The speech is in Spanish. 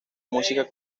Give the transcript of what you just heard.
música